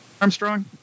Armstrong